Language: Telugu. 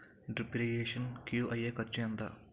డ్రిప్ ఇరిగేషన్ కూ అయ్యే ఖర్చు ఎంత?